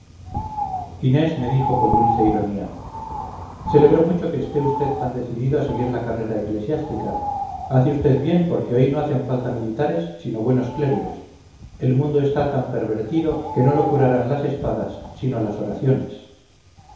inés me dijo con dulce ironía celebro mucho que esté usted tan decidido a seguir la carrera eclesiástica hace usted bien porque hoy no hacen falta militares sino buenos clérigos el mundo está tan pervertido que no lo curarán las espadas sino las oraciones